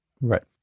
Right